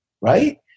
right